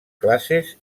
classes